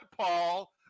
Paul